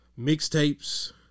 mixtapes